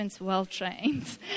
well-trained